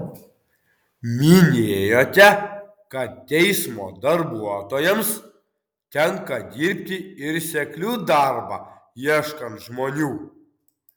minėjote kad teismo darbuotojams tenka dirbti ir seklių darbą ieškant žmonių